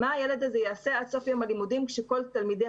מה הילד הזה יעשה עד סוף יום הלימודים כשכל תלמידי